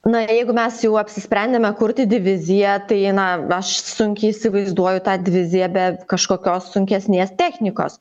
na jeigu mes jau apsisprendėme kurti diviziją tai na aš sunkiai įsivaizduoju tą diviziją be kažkokios sunkesnės technikos